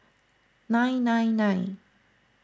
nine nine nine